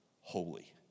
holy